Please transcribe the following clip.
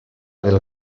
del